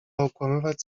okłamywać